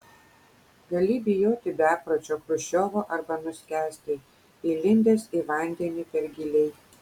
gali bijoti bepročio chruščiovo arba nuskęsti įlindęs į vandenį per giliai